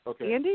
Andy